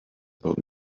about